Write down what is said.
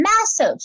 Massive